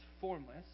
formless